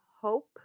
hope